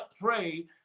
pray